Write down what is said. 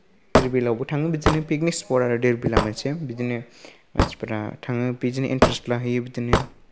धीरबिलावबो थाङो बिदिनो picnic spot आरो धीरबिला मोनसे बिदिनो मानसिफ्रा थाङो इन्टरेस्ट लाहैयो बिदिनो